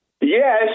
yes